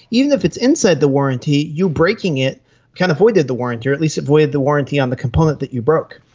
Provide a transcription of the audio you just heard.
even if it's inside the warranty, you breaking it kind of voided the warranty, or at least it voided the warranty on the component that you broke.